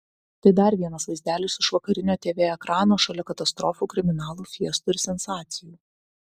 tai dar vienas vaizdelis iš vakarinio tv ekrano šalia katastrofų kriminalų fiestų ir sensacijų